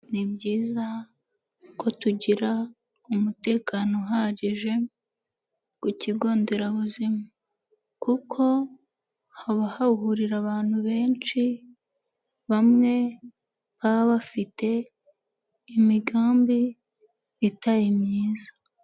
Ni byiza ko tugira umutekano uhagije ku kigo nderabuzima; kuko haba hahurira abantu benshi, bamwe baba bafite imigambi itari myiza.